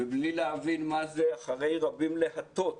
ובלי להבין מה זה "אחרי רבים להטות",